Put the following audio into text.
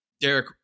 Derek